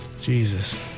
Jesus